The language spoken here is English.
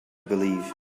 believe